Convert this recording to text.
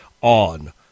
on